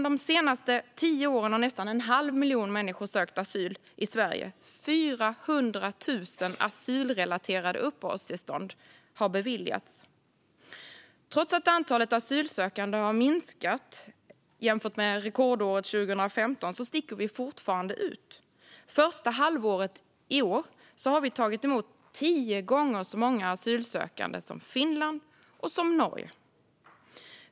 De senaste tio åren har nästan en halv miljon människor sökt asyl i Sverige. 400 000 asylrelaterade uppehållstillstånd har beviljats. Trots att antalet asylsökande har minskat jämfört med rekordåret 2015 sticker vi fortfarande ut. Första halvåret i år har vi tagit emot tio gånger så många asylsökande som Finland och Norge.